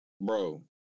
Bro